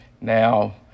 Now